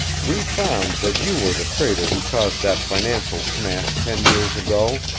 we found that you were the traitor who caused that financial smash ten years ago.